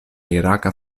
iraka